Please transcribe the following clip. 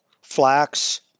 flax